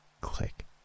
click